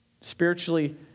Spiritually